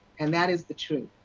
and that is the truth.